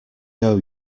owe